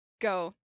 go